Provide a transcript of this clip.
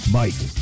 mike